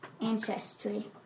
Ancestry